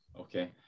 okay